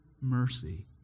mercy